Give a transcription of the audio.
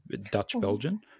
Dutch-Belgian